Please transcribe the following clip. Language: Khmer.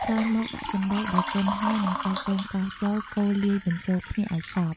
ក្រោយមក ដាក់សណ្ដែកដែលកិនហើយ និងសាច់ដូងកោសចូល កូរលាយបញ្ចូលគ្នាឲ្យសព្វ។